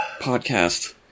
Podcast